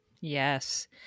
Yes